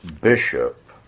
bishop